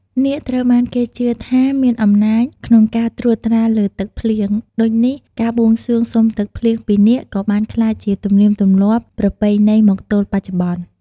នាគត្រូវបានគេជឿថាមានអំណាចក្នុងការត្រួតត្រាលើទឹកភ្លៀង ដូចនេះការបួងសួងសុំទឹកភ្លៀងពីនាគក៏បានក្លាយជាទំនៀមទម្លាប់ប្រពៃណីមកទល់បច្ចុប្បន្ន។